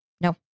No